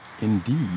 indeed